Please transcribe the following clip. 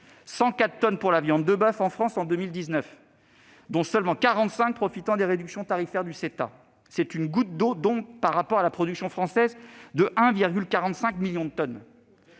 104 tonnes pour la viande de boeuf en France en 2019, dont seulement 45 tonnes ont profité des réductions tarifaires du CETA. C'est une goutte d'eau par rapport à la production française de 1,45 million de tonnes.